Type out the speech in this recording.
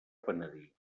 penedir